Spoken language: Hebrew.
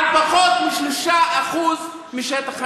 על פחות מ-3% משטח הנגב.